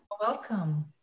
welcome